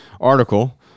article